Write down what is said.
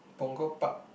Punggol Park